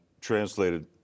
translated